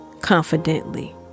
confidently